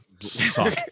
suck